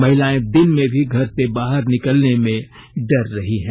महिलाएं दिन में भी घर से बाहर निकलने में डर रही हैं